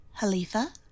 Halifa